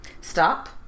stop